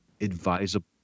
advisable